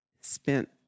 spent